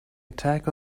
attack